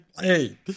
Hey